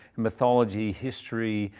mythology, history,